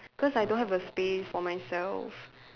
because I don't have a space for myself